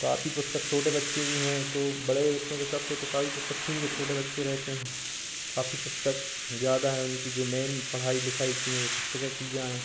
तो काफी पुस्तक छोटे बच्चे भी हैं तो बड़े बच्चों के हिसाब से तो काफी पुस्तक ठीक हैं छोटे बच्चे रहते हैं काफी पुस्तक ज़्यादा हैं उनकी जो मेन पढ़ाई लिखाई की हैं पुस्तके की जाएं